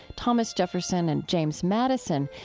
thomas jefferson, and james madison,